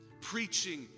preaching